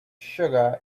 sugar